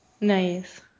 Nice